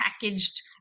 packaged